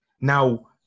Now